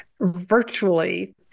virtually